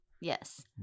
Yes